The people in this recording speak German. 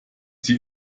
sie